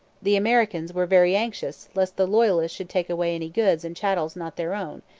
the americans were very anxious lest the loyalists should take away any goods and chattels not their own,